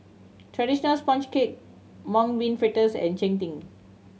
traditional sponge cake Mung Bean Fritters and cheng tng